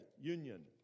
union